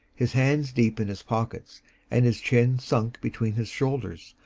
his hands deep in his pockets and his chin sunk between his shoulders,